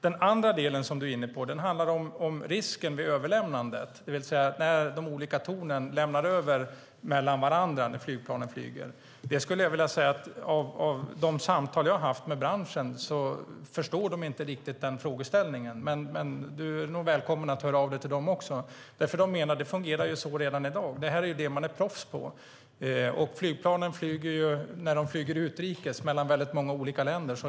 Den andra frågan som du var inne på handlar om risken vid överlämnandet, det vill säga när de olika tornen lämnar över till varandra när flygplanen flyger. Jag har haft samtal med branschen, och de förstår inte riktigt den frågeställningen. Men du är nog välkommen att höra av dig till dem också. De menar att det fungerar så redan i dag. Det är det man är proffs på. När flygplanen flyger utrikes flyger de mellan många olika länder.